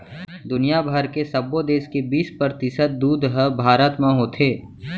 दुनिया भर के सबो देस के बीस परतिसत दूद ह भारत म होथे